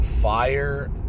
Fire